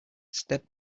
step